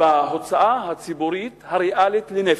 בהוצאה הציבורית הריאלית לנפש.